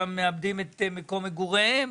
שמאבדים את מקום מגוריהם,